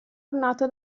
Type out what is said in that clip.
ornato